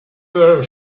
were